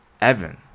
evan